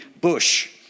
bush